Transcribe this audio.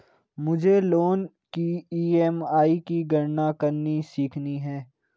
मुझे लोन की ई.एम.आई की गणना करनी सीखनी है